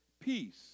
Peace